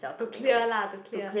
to clear lah to clear